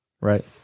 right